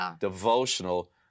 devotional